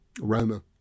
Roma